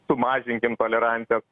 sumažinkim tolerancijas